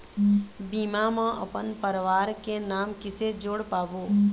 बीमा म अपन परवार के नाम किसे जोड़ पाबो?